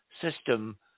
system